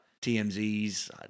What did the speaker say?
TMZs